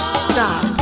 stop